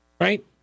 right